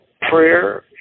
prayer